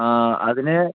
ആ അതിന്